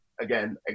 again